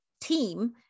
team